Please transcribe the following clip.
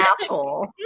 asshole